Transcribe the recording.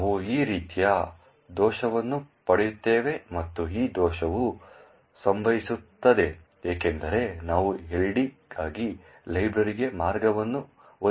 ನಾವು ಈ ರೀತಿಯ ದೋಷವನ್ನು ಪಡೆಯುತ್ತೇವೆ ಮತ್ತು ಈ ದೋಷವು ಸಂಭವಿಸುತ್ತದೆ ಏಕೆಂದರೆ ನಾವು LD ಗಾಗಿ ಲೈಬ್ರರಿಗೆ ಮಾರ್ಗವನ್ನು ಹೊಂದಿಸಿಲ್ಲ